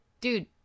dude